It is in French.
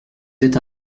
êtes